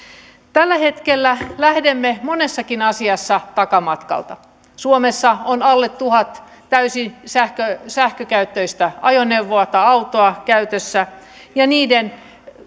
tällä hetkellä lähdemme monessakin asiassa takamatkalta suomessa on alle tuhat täysin sähkökäyttöistä autoa käytössä ja niiden